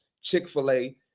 Chick-fil-A